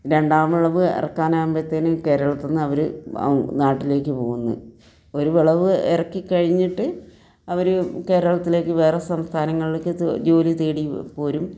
രണ്ടാം വിളവ് ഇറക്കാനാകുമ്പോഴത്തേക്ക് കേരളത്തിൽ നിന്ന് അവർ നാട്ടിലേക്ക് പോകുന്നു ഒരു വിളവ് ഇറക്കി കഴിഞ്ഞിട്ട് അവർ കേരളത്തിലേക്ക് വേറെ സംസ്ഥാനങ്ങളിലക്ക് ജോലി തേടി പോരും